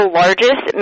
largest